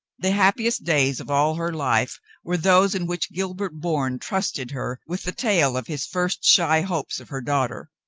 the happiest days of all her life were those in which gilbert bourne trusted her with the tale of his first shy hopes of her daughter.